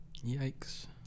yikes